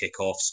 kickoffs